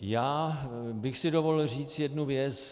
Já bych si dovolil říct jednu věc.